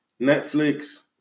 Netflix